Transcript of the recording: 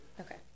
okay